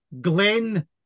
Glen